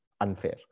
unfair